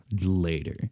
later